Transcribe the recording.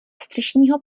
střešního